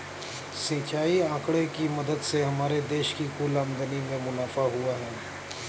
सिंचाई आंकड़े की मदद से हमारे देश की कुल आमदनी में मुनाफा हुआ है